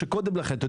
שקודם לכן,